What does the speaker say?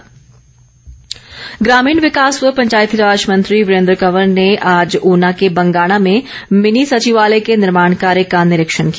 वीरेन्द्र कंवर ग्रामीण विकास व पंचायती राज मंत्री वीरेन्द्र कंवर ने आज ऊना के बंगाणा में भिनी सचिवालय के निर्माण कार्य का निरीक्षण किया